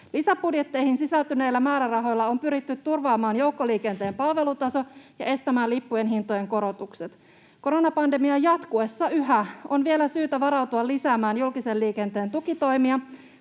Lisäbudjetteihin sisältyneillä määrärahoilla on pyritty turvaamaan joukkoliikenteen palvelutaso ja estämään lippujen hintojen korotukset. Koronapandemian jatkuessa yhä on vielä syytä varautua lisäämään julkisen liikenteen tukitoimia.